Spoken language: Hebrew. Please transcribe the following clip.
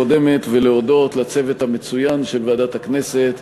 הקודמת ולהודות לצוות המצוין של ועדת הכנסת,